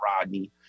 Rodney